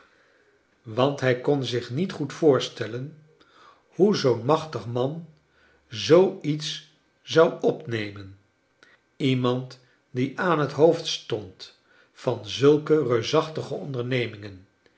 want hij kon zich niet goed voorstellen hoe zoo'n machtig man zoo iets zou opnemen lemand die aan het hoofd stond van zulke reusachtige ondememingen